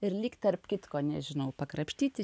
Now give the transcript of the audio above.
ir lyg tarp kitko nežinau pakrapštyti